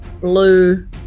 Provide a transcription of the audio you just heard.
blue